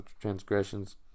transgressions